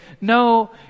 no